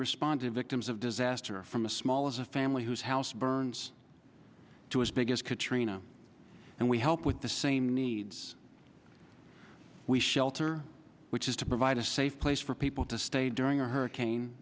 responded victims of disaster from a small as a family whose house burns to his biggest katrina and we help with the same needs we shelter which is to provide a safe place for people to stay during a hurricane